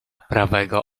prawego